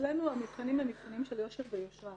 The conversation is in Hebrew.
אצלנו המבחנים הם מבחנים של יושר ויושרה,